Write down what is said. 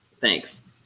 Thanks